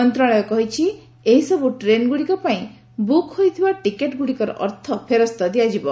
ମନ୍ତ୍ରଶାଳୟ କହିଛି ଏହିସବୁ ଟ୍ରେନ୍ଗୁଡ଼ିକ ପାଇଁ ବୁକ୍ ହୋଇଥିବା ଟିକେଟ୍ଗୁଡ଼ିକର ଅର୍ଥ ଫେରସ୍ତ ଦିଆଯିବ